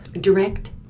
Direct